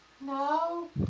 No